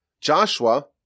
Joshua